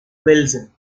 wilson